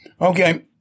Okay